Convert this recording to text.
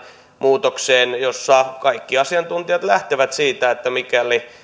muutokseen jossa kaikki asiantuntijat lähtevät siitä että mikäli